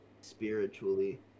spiritually